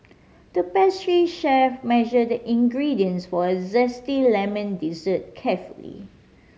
the pastry chef measured the ingredients for a zesty lemon dessert carefully